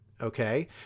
okay